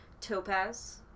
topaz